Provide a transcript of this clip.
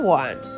one